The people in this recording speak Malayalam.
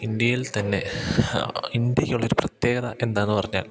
ഇന്ത്യയിൽ തന്നെ ഇന്ത്യക്കുള്ളൊരു പ്രത്യേകത എന്താണെന്നു പറഞ്ഞാൽ